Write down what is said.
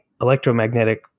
electromagnetic